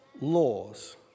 laws